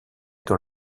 dans